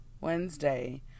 Wednesday